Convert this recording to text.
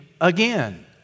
again